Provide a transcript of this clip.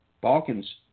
Balkans